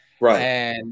Right